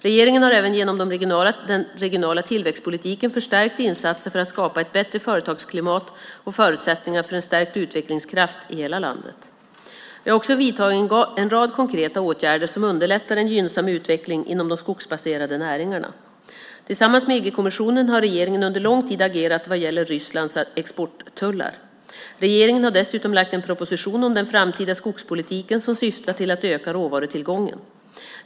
Regeringen har även genom den regionala tillväxtpolitiken förstärkt insatser för att skapa ett bättre företagsklimat och förutsättningar för en stärkt utvecklingskraft i hela landet. Vi har också vidtagit en rad konkreta åtgärder som underlättar en gynnsam utveckling inom de skogsbaserade näringarna. Tillsammans med EG-kommissionen har regeringen under lång tid agerat vad gäller Rysslands exporttullar. Regeringen har dessutom lagt fram en proposition om den framtida skogspolitiken som syftar till att öka råvarutillgången.